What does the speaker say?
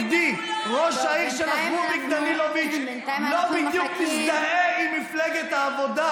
לא בכדי ראש העיר שלך רוביק דנילוביץ' לא בדיוק מזדהה עם מפלגת העבודה,